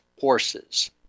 horses